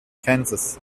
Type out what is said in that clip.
kansas